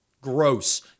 Gross